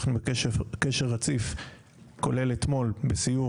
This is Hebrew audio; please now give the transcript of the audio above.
אנחנו בקשר רציף כולל אתמול בסיור